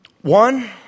One